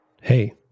Hey